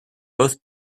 both